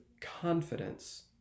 confidence